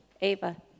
Ava